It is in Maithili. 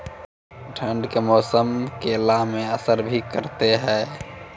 ठंड के मौसम केला मैं असर भी करते हैं?